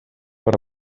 per